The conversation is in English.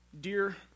dear